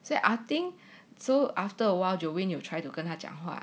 在 I think so after awhile jolene 有 try to 跟他讲话